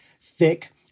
thick